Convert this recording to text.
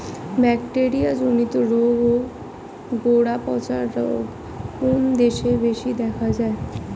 Bacteria জনিত রোগ ও গোড়া পচা রোগ কোন দেশে বেশি দেখা যায়?